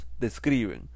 describen